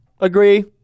Agree